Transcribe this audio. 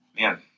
man